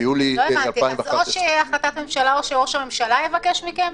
ביולי 2011. או שתהיה החלטת ממשלה או שראש הממשלה יבקש מכם?